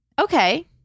Okay